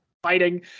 Fighting